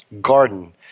garden